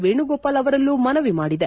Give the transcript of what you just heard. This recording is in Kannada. ವೇಣುಗೋಪಾಲ್ ಅವರಲ್ಲೂ ಮನವಿ ಮಾಡಿದೆ